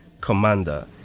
Commander